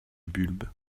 bulbe